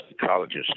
psychologist